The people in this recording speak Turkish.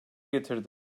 getirdi